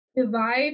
Divide